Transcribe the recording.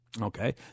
Okay